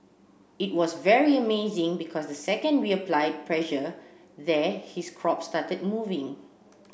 it was very amazing because the second we applied pressure there his crop started moving